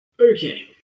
Okay